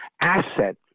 asset